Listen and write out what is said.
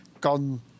gone